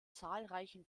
zahlreichen